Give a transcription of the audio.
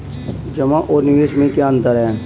जमा और निवेश में क्या अंतर है?